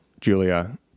Julia